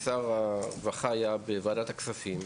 שר הרווחה היה בוועדת הכספים,